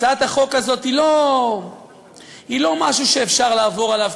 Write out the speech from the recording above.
הצעת החוק הזאת היא לא משהו שאפשר לעבור עליו,